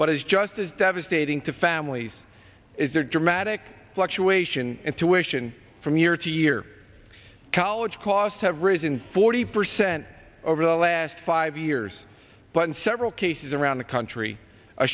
what is just as devastating to families is there dramatic fluctuation in tuition from year to year college costs have risen forty percent over the last five years but in several cases around the country a